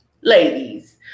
ladies